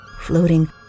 floating